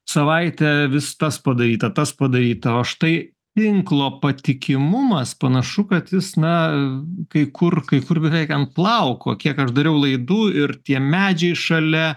savaitę vis tas padaryta tas padaryta o štai tinklo patikimumas panašu kad jis na kai kur kai kur beveik ant plauko kiek aš dariau laidų ir tie medžiai šalia